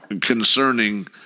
concerning